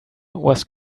was